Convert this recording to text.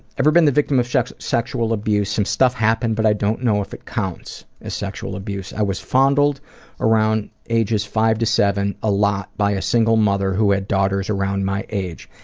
ever been the victim of sexual abuse? some stuff happened but i don't know if it counts as sexual abuse. i was fondled around ages five to seven a lot by a single mother who had daughters around my age.